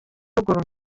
ruguru